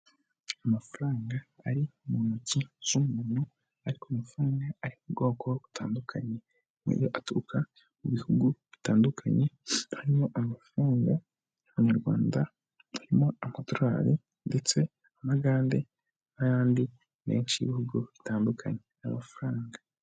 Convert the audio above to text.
Amafaranga ari mu ntoki z'umuntu, ariko amafaranga ari mu bwoko butandukanye, aturuka mu bihugu bitandukanye, harimo amafaranga y'amanyarwanda, harimo amadorari, ndetse amagande, n'ayandi menshi y'ibihugu bitandukanye, amafaranga.